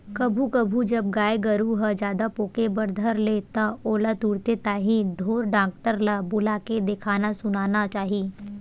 कभू कभू जब गाय गरु ह जादा पोके बर धर ले त ओला तुरते ताही ढोर डॉक्टर ल बुलाके देखाना सुनाना चाही